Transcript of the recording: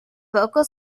vocal